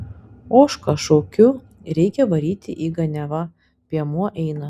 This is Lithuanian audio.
ožką šaukiu reikia varyti į ganiavą piemuo eina